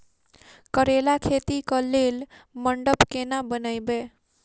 करेला खेती कऽ लेल मंडप केना बनैबे?